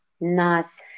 nice